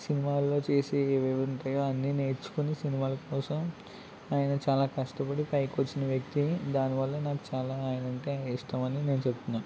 సినిమాల్లో చేసే ఏవేవుంటాయో అన్ని నేర్చుకుని సినిమాలు కోసం ఆయన చాలా కష్టపడి పైకి వచ్చిన వ్యక్తి దానివల్ల నాకు చాలా అయన అంటే ఇష్టం అని నేను చెప్తున్నా